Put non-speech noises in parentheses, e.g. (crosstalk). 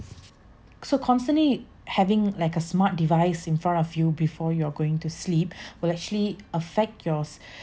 so constantly having like a smart device in front of you before you are going to sleep (breath) will actually affect your